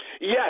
Yes